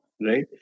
right